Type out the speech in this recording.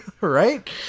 Right